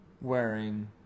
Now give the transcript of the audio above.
wearing